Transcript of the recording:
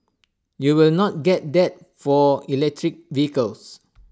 you will not get that for electric vehicles